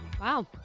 Wow